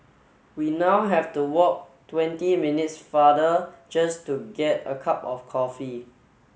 we now have to walk twenty minutes farther just to get a cup of coffee